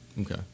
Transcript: Okay